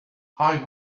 high